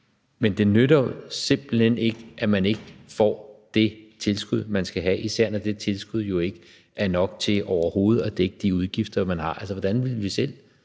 Men det nytter simpelt hen ikke, at man ikke får det tilskud, man skal have, især når det tilskud jo ikke er nok til overhovedet at dække de udgifter, man har. Hvordan ville man selv